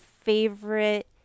favorite